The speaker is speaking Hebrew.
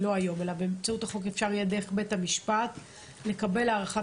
באמצעות בית המשפט אפשר יהיה לקבל הערכת